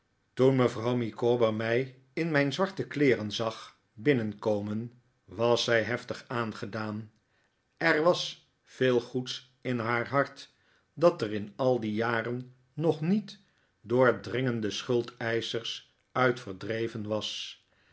toen mevrouw micawber mij in mijn zwarte kleeren zag binnenkomen was zij heftig aangedaan er was veel goeds in haar hart dat er in al die jaren nog niet door dringende schuldeischers uit verdreven was